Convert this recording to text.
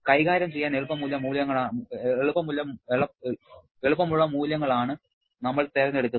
കൈകാര്യം ചെയ്യാൻ എളുപ്പമുള്ള മൂല്യങ്ങളാണ് നമ്മൾ തിരഞ്ഞെടുക്കുന്നത്